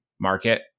market